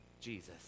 Jesus